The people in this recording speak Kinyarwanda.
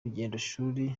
rugendoshuri